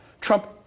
Trump